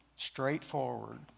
straightforward